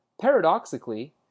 Paradoxically